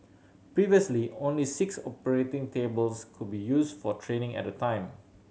previously only six operating tables could be used for training at a time